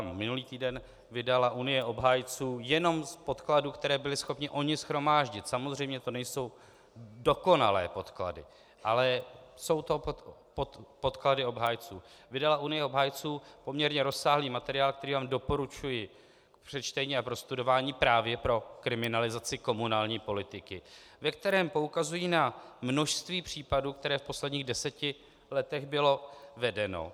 Minulý týden vydala Unie obhájců jenom z podkladů, které byli schopni oni shromáždit, samozřejmě to nejsou dokonalé podklady, ale jsou to podklady obhájců, vydala Unie obhájců poměrně rozsáhlý materiál, který vám doporučuji k přečtení a k prostudování právě pro kriminalizaci komunální politiky, ve kterém poukazují na množství případů, které v posledních deseti letech byly vedeny.